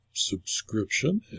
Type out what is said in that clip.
subscription